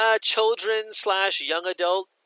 children-slash-young-adult